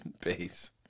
Peace